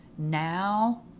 Now